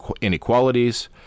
inequalities